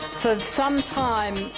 for some time,